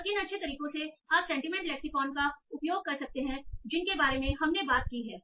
और किन अच्छे तरीकों से आप सेंटीमेंट लेक्सीकौन का उपयोग कर सकते हैं जिनके बारे में हमने बात की है